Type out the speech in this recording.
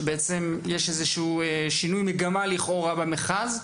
שבעצם יש איזשהו שינוי מגמה לכאורה במכרז,